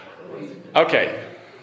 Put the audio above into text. Okay